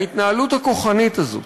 ההתנהלות הכוחנית הזאת,